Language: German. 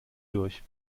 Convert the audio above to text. durch